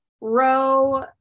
row